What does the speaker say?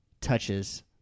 touches